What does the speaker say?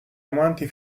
amanti